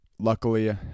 Luckily